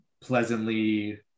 pleasantly